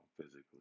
physically